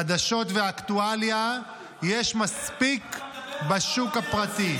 חדשות ואקטואליה יש מספיק בשוק הפרטי.